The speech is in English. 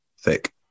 thick